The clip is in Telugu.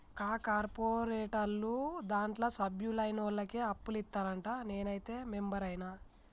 కా కార్పోరేటోళ్లు దాంట్ల సభ్యులైనోళ్లకే అప్పులిత్తరంట, నేనైతే మెంబరైన